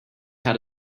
had